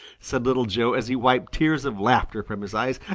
said little joe as he wiped tears of laughter from his eyes,